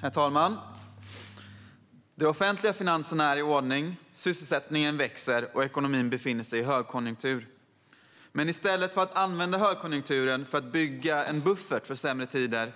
Herr talman! De offentliga finanserna är i ordning, sysselsättningen växer och ekonomin befinner sig i högkonjunktur. Men i stället för att använda högkonjunkturen för att bygga en buffert för sämre tider